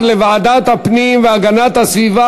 בוועדת הפנים והגנת הסביבה